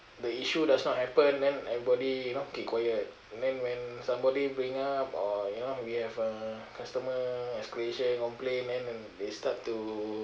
the issue does not happen then everybody you know keep quiet and then when somebody bring up or you know we have a customer escalation complain then they start to